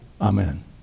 Amen